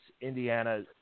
Indiana